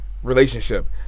Relationship